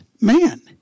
man